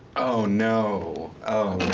oh no.